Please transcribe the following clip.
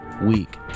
week